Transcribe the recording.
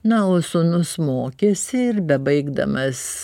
na o sūnus mokėsi ir bebaigdamas